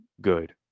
good